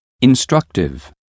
Instructive